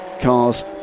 cars